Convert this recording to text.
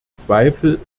zweifel